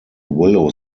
willow